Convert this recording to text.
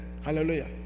hallelujah